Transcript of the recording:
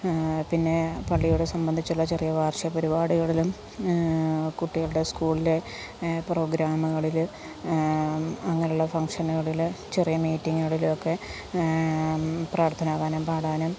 പിന്നെ പള്ളികളെ സംബന്ധിച്ചുള്ള ചെറിയ വാർഷിക പരിപാടികളിലും കുട്ടികളുടെ സ്കൂളിലെ പ്രോഗ്രാമുകളിൽ അങ്ങനെയുള്ള ഫംഗ്ഷനുകളിൽ ചെറിയ മീറ്റിങ്ങുകളിലും ഒക്കെ പ്രാർത്ഥനാഗാനം പാടാനും